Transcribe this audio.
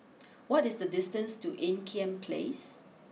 what is the distance to Ean Kiam place